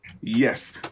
yes